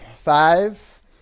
Five